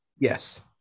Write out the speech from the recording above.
Yes